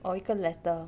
or 一个 letter